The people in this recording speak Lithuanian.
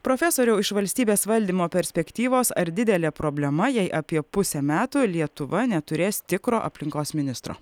profesoriau iš valstybės valdymo perspektyvos ar didelė problema jei apie pusę metų lietuva neturės tikro aplinkos ministro